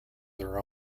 their